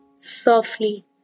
softly